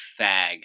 fag